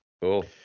Cool